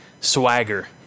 swagger